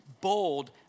bold